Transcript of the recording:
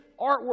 artwork